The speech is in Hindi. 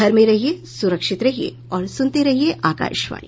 घर में रहिये सुरक्षित रहिये और सुनते रहिये आकाशवाणी